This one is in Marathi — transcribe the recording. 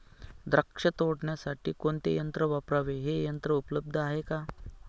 द्राक्ष तोडण्यासाठी कोणते यंत्र वापरावे? हे यंत्र उपलब्ध आहे का?